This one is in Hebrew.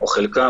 או חלקם,